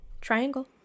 Triangle